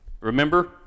Remember